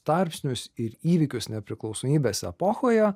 tarpsnius ir įvykius nepriklausomybės epochoje